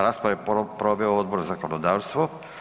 Raspravu je proveo Odbor za zakonodavstvo.